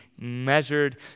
measured